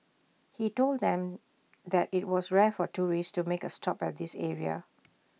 he told them that IT was rare for tourists to make A stop at this area